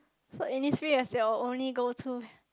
so Innisfree is your only go to